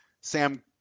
Sam